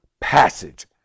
passage